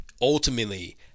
ultimately